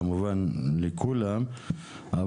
כמובן לכולם,